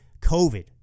COVID